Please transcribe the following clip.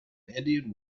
indian